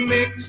Mix